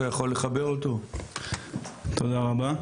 תודה רבה.